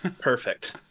Perfect